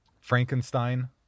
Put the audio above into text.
Frankenstein